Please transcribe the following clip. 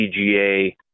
PGA